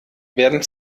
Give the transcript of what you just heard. werden